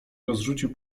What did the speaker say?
rozrzucił